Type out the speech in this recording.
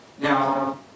Now